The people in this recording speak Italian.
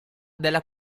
della